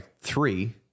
three